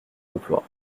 emploi